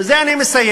ובזה אני מסיים,